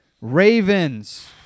Ravens